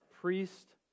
priest